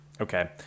okay